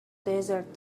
desert